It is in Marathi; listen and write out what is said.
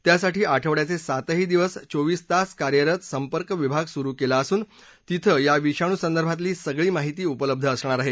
त्यासाठी आठवड्याचे सातही दिवस चोवीस तास कार्यरत संपर्क विभाग सुरु करण्यात आला असून तिथं या विषाणूसंदर्भातली सगळी माहिती उपलब्ध असणार आहे